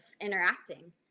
interacting